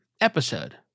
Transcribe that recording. episode